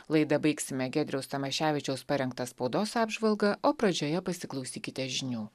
laidą baigsime giedriaus tamoševičiaus parengta spaudos apžvalga o pradžioje pasiklausykite žinių